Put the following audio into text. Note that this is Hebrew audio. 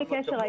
בלי קשר,